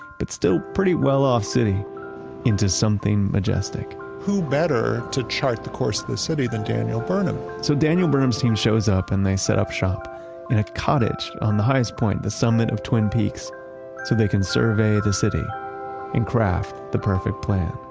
but still pretty well-off city into something majestic who better to chart the course of the city than daniel burnham? so daniel burnham's team shows up and they set up shop in a cottage on the highest point, the summit of twin peaks, so they can survey the city and craft the perfect plan.